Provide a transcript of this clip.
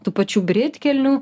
tų pačių britkelnių